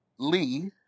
lee